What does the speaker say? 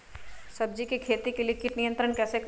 सब्जियों की खेती में कीट नियंत्रण कैसे करें?